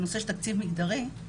הנושא של תקציב מגדרי,